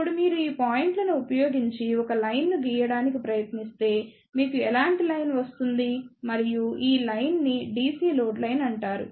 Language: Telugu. ఇప్పుడు మీరు ఈ పాయింట్లను ఉపయోగించి ఒక లైన్ ను గీయడానికి ప్రయత్నిస్తే మీకు ఇలాంటి లైన్ వస్తుంది మరియు ఈ లైన్ ని DC లోడ్ లైన్ అంటారు